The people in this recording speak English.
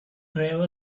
gravel